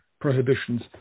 prohibitions